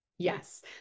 Yes